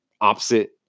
opposite